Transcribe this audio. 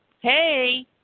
hey